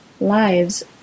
lives